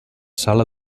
sala